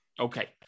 Okay